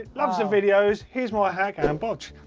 loves the videos. he more a hack and and bodge.